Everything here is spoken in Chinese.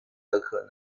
可能